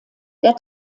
der